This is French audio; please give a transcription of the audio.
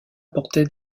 portaient